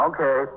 Okay